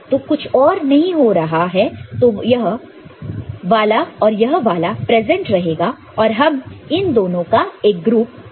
तो कुछ और नहीं रहा तो यह वाला और यह वाला प्रेजेंट रहेगा और हम इन दोनों का एक ग्रुप फॉर्म कर सकते हैं